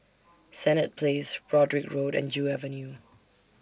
Senett Place Broadrick Road and Joo Avenue